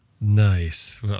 Nice